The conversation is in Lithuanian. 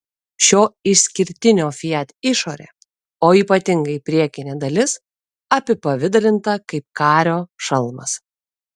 šio išskirtinio fiat išorė o ypatingai priekinė dalis apipavidalinta kaip kario šalmas